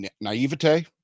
naivete